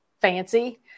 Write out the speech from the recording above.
fancy